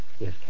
Yes